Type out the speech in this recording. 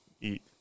eat